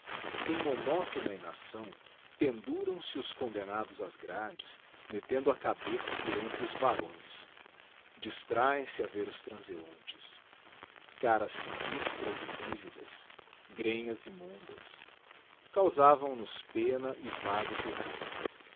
em monótona inacção penduram se os condemnados ás grades mettendo a cabeça por entre os varões distrahem se a ver os transeuntes caras sinistras e lividas grenhas digiti zedby google immundae causavam nos pena e vago terror